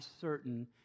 certain